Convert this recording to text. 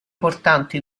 portanti